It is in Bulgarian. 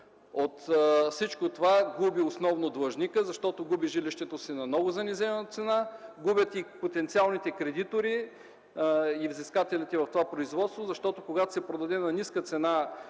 От всичко това губи основно длъжникът, защото губи жилището си на много занижена цена, губят и потенциалните кредитори и взискателите в това производство. Когато се продаде на ниска цена